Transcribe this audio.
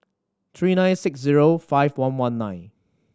three nine six zero five one one nine